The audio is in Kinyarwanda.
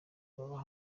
baba